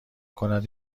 کند